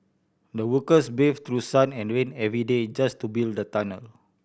the workers braved through sun and rain every day just to build the tunnel